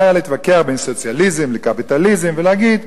היה להתווכח בין סוציאליזם לקפיטליזם ולהגיד: